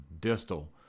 distal